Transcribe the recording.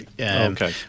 Okay